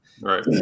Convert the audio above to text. Right